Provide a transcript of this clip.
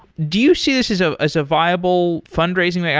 do you see this as ah as a viable fundraising? i